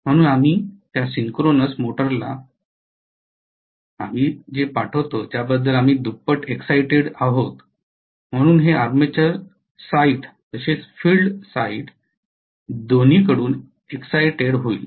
म्हणून आम्ही त्या सिंक्रोनस मोटरला आम्ही पाठवतो ज्याबद्दल आम्ही दुप्पट एक्साईटेड आहोत म्हणून हे आर्मेचर साइट तसेच फील्ड साइट दोन्हीकडून एक्साईटेड होईल